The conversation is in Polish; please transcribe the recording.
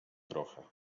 trochę